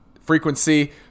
frequency